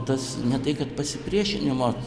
tas ne tai kad pasipriešinimo